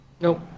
Nope